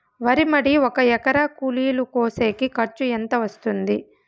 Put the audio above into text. వరి మడి ఒక ఎకరా కూలీలు కోసేకి ఖర్చు ఎంత వస్తుంది?